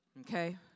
okay